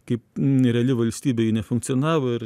kaip reali valstybė ji nefunkcionavo ir